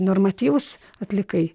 normatyvus atlikai